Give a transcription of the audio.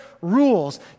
rules